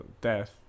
death